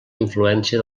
influència